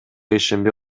ишенбей